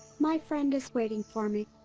my friend is waiting for me.